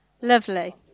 Lovely